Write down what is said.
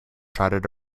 trotted